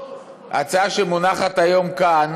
ההצעה שמונחת כאן